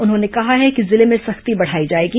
उन्होंने कहा है कि जिले में सख्ती बढ़ाई जाएगी